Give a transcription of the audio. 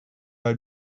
have